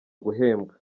guhembwa